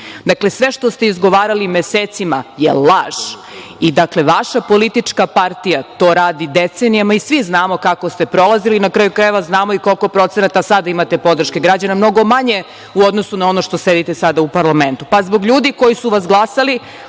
Dakle, sve što ste izgovarali mesecima je laž. Vaša politička partija to radi decenijama i svi znamo kako ste prolazili. Na kraju krajeva, znamo i koliko procenata sada imate podrške građana, mnogo manje u odnosu na ono što sedite sada u parlamentu. Zbog ljudi koji su vas glasali,